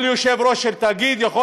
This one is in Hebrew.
כל יושב-ראש של תאגיד יכול